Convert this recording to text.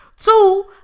Two